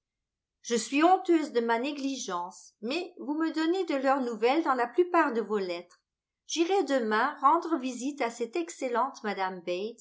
je suis honteuse de ma négligence mais vous me donnez de leurs nouvelles dans la plupart de vos lettres j'irai demain rendre visite à cette excellente mme